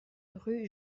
rue